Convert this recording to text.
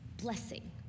blessing